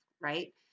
right